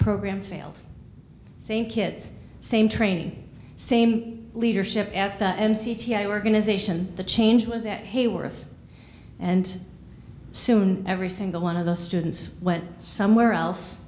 program failed same kids same training same leadership at the end c t a organization the change was that hayworth and soon every single one of those students went somewhere else